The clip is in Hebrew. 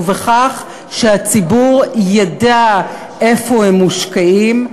ובכך שהציבור ידע איפה הם מושקעים,